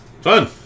Fun